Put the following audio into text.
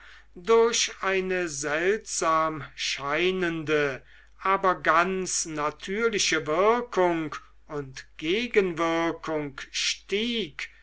durch eine seltsam scheinende aber ganz natürliche wirkung und gegenwirkung stieg